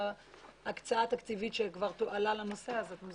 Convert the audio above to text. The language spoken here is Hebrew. ההקצאה התקציבית שכבר תועלה לנושא הזה?